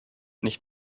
nicht